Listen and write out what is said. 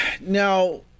Now